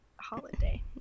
holiday